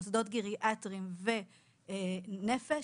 מוסדות גריאטריים ונפש,